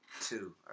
two